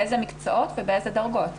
אילו מקצועות ובאילו דרגות.